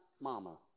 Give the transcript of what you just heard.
mama